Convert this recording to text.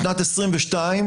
בשנת 22',